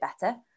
better